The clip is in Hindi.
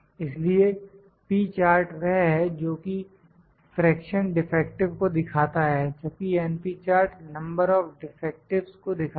इसलिए P चार्ट वह है जोकि फ्रेक्शन डिफेक्टिव को दिखाता है जबकि np chart number of defectives को दिखाता है